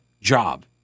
job